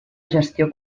gestió